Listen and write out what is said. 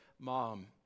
Mom